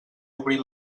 obrir